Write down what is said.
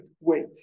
wait